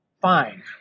fine